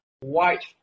white